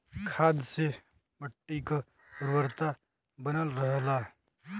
खाद से मट्टी क उर्वरता बनल रहला